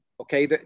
okay